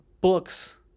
books